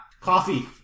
Coffee